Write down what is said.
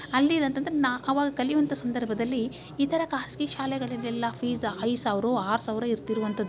ಅಲ್ಲಿದು ಅಂತಂದರೆ ನಾ ಅವಾಗ ಕಲಿಯುವಂಥ ಸಂದರ್ಭದಲ್ಲಿ ಈ ಥರ ಖಾಸಗಿ ಶಾಲೆಗಳಲ್ಲೆಲ್ಲ ಫೀಸ ಐದು ಸಾವಿರ ಆರು ಸಾವಿರ ಇರ್ತಿರುವಂಥದ್ದು